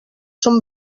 són